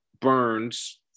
Burns